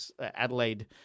Adelaide